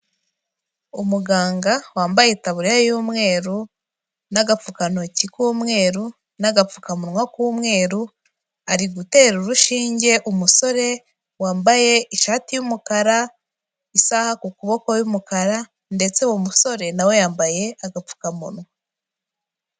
Umuganga wambaye itaburiya y'umweru n'agapfukantoki k'umweru n'agapfukamunwa k'umweru ari gutera urushinge umusore wambaye ishati y'umukara, isaha ku kuboko y'umukara ndetse uwo musore nawe yambaye agapfukamunwa.